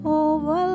over